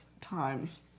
times